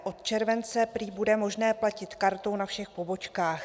Od července prý bude možné platit kartou na všech pobočkách.